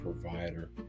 provider